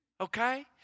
Okay